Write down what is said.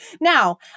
Now